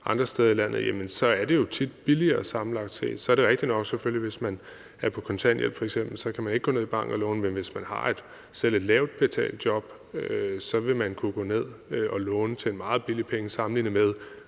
andre steder i landet, så er det jo tit billigere samlet set. Så er det selvfølgelig rigtigt nok, at hvis man f.eks. er på kontanthjælp, kan man ikke gå ned i banken og låne til det, men hvis man har selv et lavt betalt job, vil man kunne gå ned i banken og låne til meget billige penge, sammenlignet med